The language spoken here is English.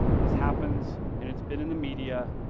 this happens and it's been in the media,